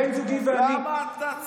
למה אתה צבוע?